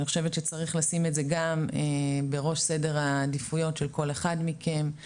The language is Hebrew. אני חושבת שצריך לשים את זה גם בראש סדר העדיפויות של כל אחד מכם,